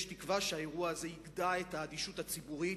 יש תקווה שהאירוע הזה יגדע את האדישות הציבורית,